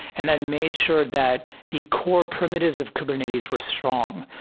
and then made sure that the core primitives of kubernetes were strong.